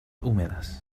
húmedas